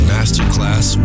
Masterclass